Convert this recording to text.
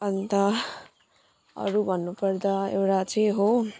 अनि त अरू भन्नुपर्दा एउटा चाहिँ हो